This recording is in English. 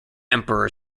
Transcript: emperor